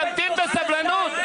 תמתין בסבלנות,